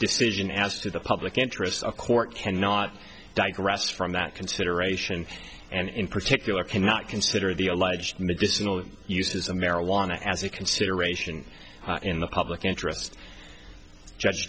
decision as to the public interest of court can not digress from that consideration and in particular cannot consider the alleged medicinal uses of marijuana as a consideration in the public interest judge